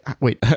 Wait